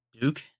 Duke